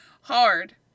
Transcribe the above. hard